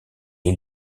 est